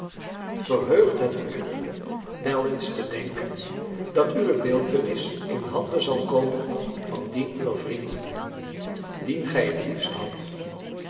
verheugt het u wel eens te denken dat uwe beeltenis in handen zal komen van dien uwer vrienden dien gij het liefst hadt